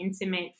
intimate